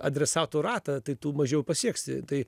adresatų ratą tai tu mažiau pasieksi tai